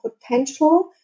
potential